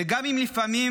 וגם אם לפעמים,